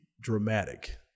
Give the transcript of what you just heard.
dramatic